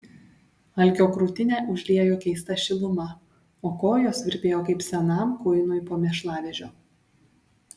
algio krūtinę užliejo keista šiluma o kojos virpėjo kaip senam kuinui po mėšlavežio